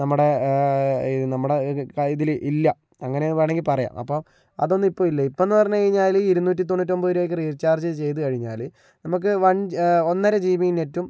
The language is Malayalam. നമ്മുടെ നമ്മുടെ കൈ ഇതിലില്ല അങ്ങനെ വേണമെങ്കിൽ പറയാം അപ്പം അതൊന്നും ഇപ്പോൾ ഇല്ല ഇപ്പം എന്ന് പറഞ്ഞു കഴിഞ്ഞാല് ഇരുനൂറ്റി തൊണ്ണൂറ്റൊമ്പത് രൂപയ്ക്ക് റീചാർജ് ചെയ്തു കഴിഞ്ഞാല് നമുക്ക് വൺ ഒന്നര ജീ ബി നെറ്റും